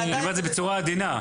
אני אומר את זה בצורה עדינה.